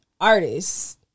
artists